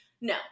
No